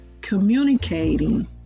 communicating